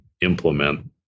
implement